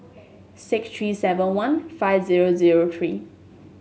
six three seven one five zero zero three